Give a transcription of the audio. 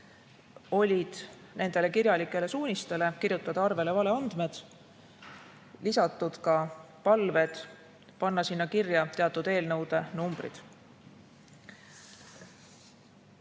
oli nendele kirjalikele suunistele, et kirjutada arvele valeandmed, lisatud palved panna sinna kirja teatud eelnõude numbrid.